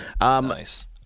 Nice